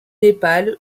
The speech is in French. népal